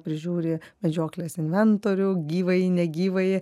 prižiūri medžioklės inventorių gyvąjį negyvąjį